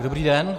Dobrý den.